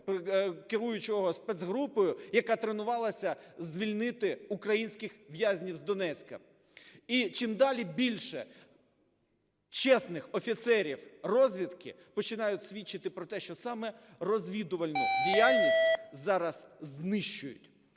керуючого спецгрупою, яка тренувалася звільнити українських в'язнів з Донецька. І чим далі більше чесних офіцерів розвідки починають свідчити про те, що саме розвідувальну діяльність зараз знищують.